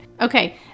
Okay